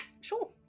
Sure